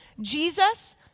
Jesus